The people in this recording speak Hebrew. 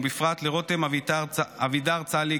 ובפרט לרותם אבידר צאליק,